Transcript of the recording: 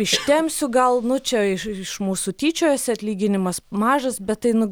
ištempsiu gal nu čia iš iš mūsų tyčiojasi atlyginimas mažas bet tai nu